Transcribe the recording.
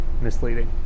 misleading